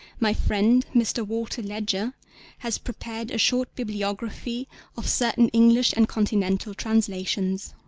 my friend mr. walter ledger has prepared a short bibliography of certain english and continental translations.